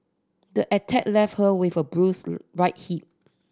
the attack left her with a bruised right hip